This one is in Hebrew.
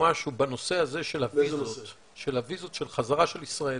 משהו בנושא של הוויזות של חזרה של ישראלים.